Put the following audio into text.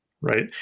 right